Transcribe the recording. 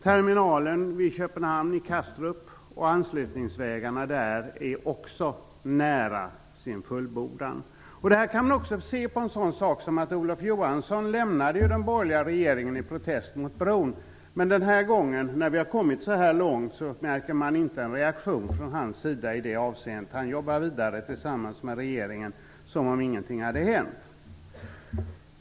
Terminalen i Kastrup utanför Köpenhamn och anslutningsvägarna där är också nära sin fullbordan. Olof Johansson lämnade den borgerliga regeringen i protest mot bron. Men nu när vi har kommit så här långt märker man inte en reaktion från hans sida i det avseendet. Han jobbar vidare tillsammans med regeringen som om ingenting hade hänt.